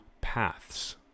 paths